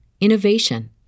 innovation